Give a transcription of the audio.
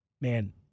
man